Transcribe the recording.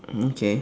okay